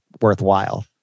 worthwhile